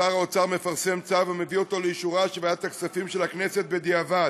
שר האוצר מפרסם צו ומביא אותו לאישורה של ועדת הכספים של הכנסת בדיעבד.